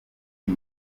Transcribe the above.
new